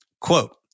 Quote